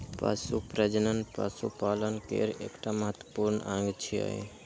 पशु प्रजनन पशुपालन केर एकटा महत्वपूर्ण अंग छियै